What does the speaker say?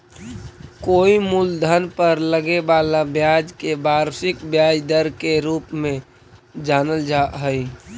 कोई मूलधन पर लगे वाला ब्याज के वार्षिक ब्याज दर के रूप में जानल जा हई